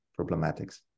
problematics